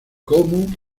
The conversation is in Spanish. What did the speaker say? como